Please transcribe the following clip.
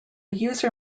user